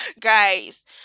Guys